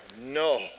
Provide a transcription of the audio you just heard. no